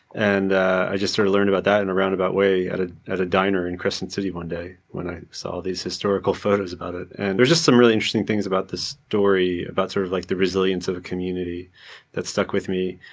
and i just sort of learned about that in and a roundabout way at ah at a diner in crescent city one day when i saw these historical photos about it. and there's just some really interesting things about this story, about sort of like the resilience of a community that stuck with me.